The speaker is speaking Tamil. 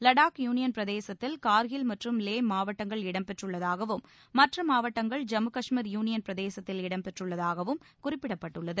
லடாக் யூனியன் பிரதேசத்தில் கார்கில் மற்றும் லே மாவட்டங்கள் இடம்பெற்றுள்ளதாகவும் மற்ற மாவட்டங்கள் ஜம்மு காஷ்மீர் யூனியன் பிரதேசத்தில் இடம்பெற்றுள்ளதாகவும் குறிப்பிடப்பட்டுள்ளது